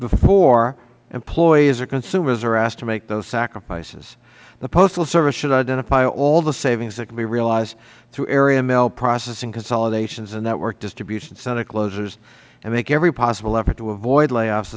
before employees or consumers are asked to make those sacrifices the postal service should identify all the savings that can be realized through area mail processing consolidations and network distribution center closures and make every possible effort to avoid layoffs